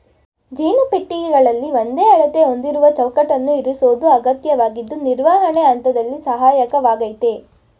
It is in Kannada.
ಜೇನು ಪೆಟ್ಟಿಗೆಗಳಲ್ಲಿ ಒಂದೇ ಅಳತೆ ಹೊಂದಿರುವ ಚೌಕಟ್ಟನ್ನು ಇರಿಸೋದು ಅಗತ್ಯವಾಗಿದ್ದು ನಿರ್ವಹಣೆ ಹಂತದಲ್ಲಿ ಸಹಾಯಕವಾಗಯ್ತೆ